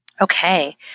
Okay